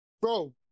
Bro